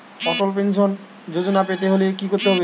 অটল pension Yojana পেতে হলে কি করতে হবে?